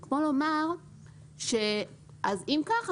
זה כמו לומר שאם כך,